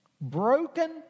Broken